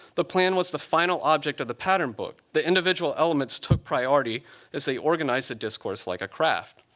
the plan was the final object of the pattern book. the individual elements took priority as they organized the discourse like a craft.